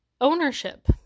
ownership